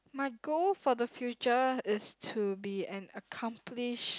my goal for the future is to be an accomplished